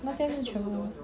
那些是全部